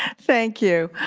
thank you.